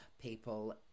people